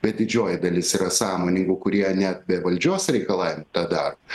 bet didžioji dalis yra sąmoningų kurie net be valdžios reikalavimų tą daro